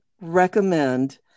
recommend